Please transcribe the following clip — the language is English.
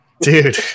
dude